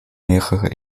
mehrere